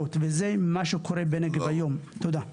30 שנה יותר מדי.